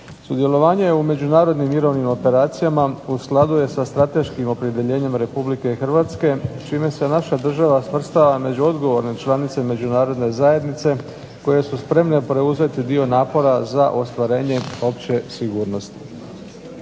Sudjelovanje u međunarodnim mirovnim operacijama u skladu je sa strateškim opredjeljenjem RH čime se naša država svrstava među odgovorne članice međunarodne zajednice koje su spremne preuzeti dio napora za ostvarenje opće sigurnosti.